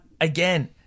again